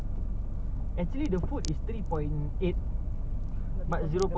eh one dollar forty three piece only ah seaweed chicken I see the photo like many